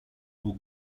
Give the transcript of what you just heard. who